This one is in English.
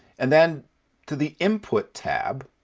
and then to the input tab.